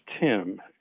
tim